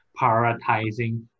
prioritizing